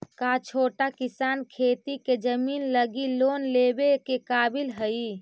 का छोटा किसान खेती के जमीन लगी लोन लेवे के काबिल हई?